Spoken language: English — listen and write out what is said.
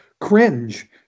cringe